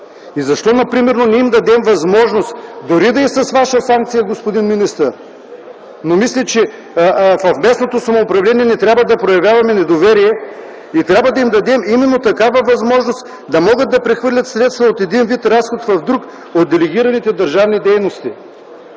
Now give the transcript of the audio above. Защо примерно не им дадем възможност, дори да е с Ваша санкция, господин министър? Но мисля, че в местното самоуправление не трябва да проявяваме недоверие и трябва да им дадем именно такава възможност да могат да прехвърлят средства от един вид разход в друг от делегираните държавни дейности.